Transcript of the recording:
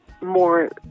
more